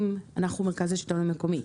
מרכז השלטון המקומי,